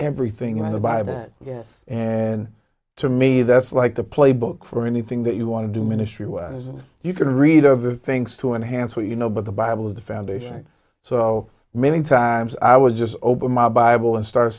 everything in the bible that yes and to me that's like the playbook for anything that you want to do ministry as you can read other things to enhance what you know but the bible is the foundation so many times i would just open my bible and start